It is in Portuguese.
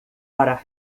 para